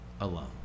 alone